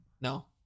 No